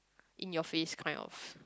in your face kind of